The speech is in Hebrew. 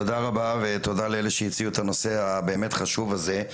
תודה רבה ותודה לאלה שהציעו את הנושא הבאמת חשוב הזה.